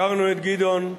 הכרנו את גדעון,